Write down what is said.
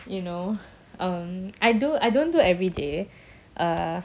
you know um I do I don't do everyday uh